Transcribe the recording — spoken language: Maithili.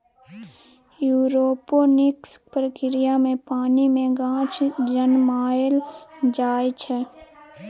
एरोपोनिक्स प्रक्रिया मे पानि मे गाछ जनमाएल जाइ छै